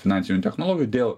finansinių technologijų dėl